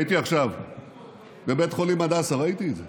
הייתי עכשיו בבית חולים הדסה וראיתי את זה,